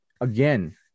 again